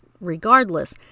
regardless